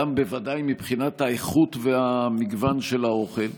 גם בוודאי מבחינת האיכות והמגוון של האוכל.